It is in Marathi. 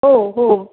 हो हो